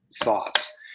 thoughts